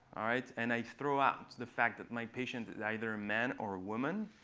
all right, and i throw out the fact that my patient is either a man or woman.